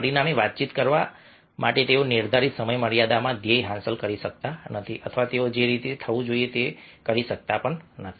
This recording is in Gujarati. પરિણામે વાતચીત કરવા માટે તેઓ નિર્ધારિત સમયમર્યાદામાં ધ્યેય હાંસલ કરી શકતા નથી અથવા તેઓ જે રીતે થવું જોઈએ તે રીતે કરી શકતા નથી